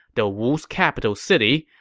the wu's capital city,